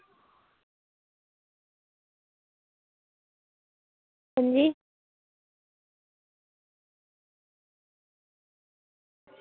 हां जी